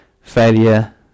failure